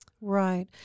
Right